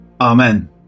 Amen